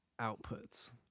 outputs